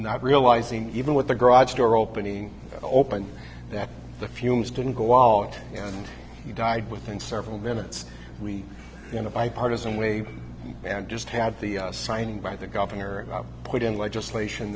not realizing even with the garage door opening open that the fumes didn't go out and he died within several minutes we were in a bipartisan way and just had the signing by the governor put in legislation